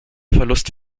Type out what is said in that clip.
verlust